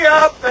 up